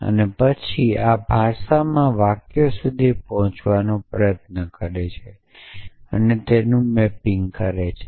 અને પછી આ ભાષામાં વાક્યો સુધી પહોંચવાનો પ્રયત્ન કરે છે અને તેનું મેપિંગ કરે છે